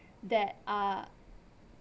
that are